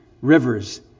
rivers